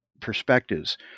perspectives